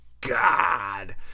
god